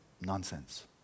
nonsense